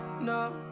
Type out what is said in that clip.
no